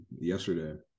yesterday